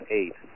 eight